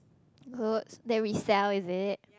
clothes that we sell is it